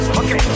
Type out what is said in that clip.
okay